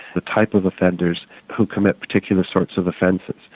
the type of offenders who commit particular sorts of offences.